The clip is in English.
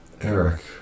Eric